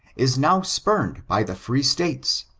is now spumed by the free states.